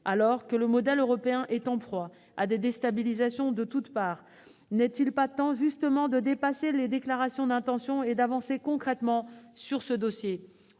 Alors que le modèle européen est en proie à des déstabilisations de toute part, n'est-il pas temps de dépasser les déclarations d'intentions et d'avancer concrètement sur ce dossier ?